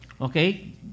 Okay